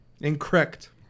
Incorrect